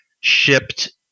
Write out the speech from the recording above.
shipped